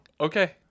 Okay